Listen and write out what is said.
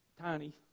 tiny